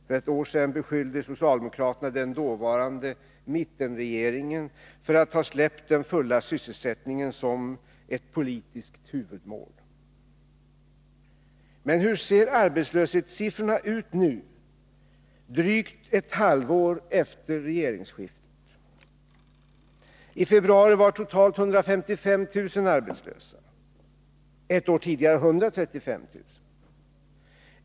För ett år sedan beskyllde socialdemokraterna den dåvarande mittenregeringen för att ha släppt den fulla sysselsättningen som politiskt huvudmål. Men hur ser arbetslöshetssiffrorna ut nu, drygt ett halvår efter regeringsskiftet? I februari var totalt 155 000 arbetslösa — ett år tidigare 135 000.